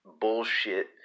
bullshit